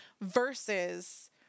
versus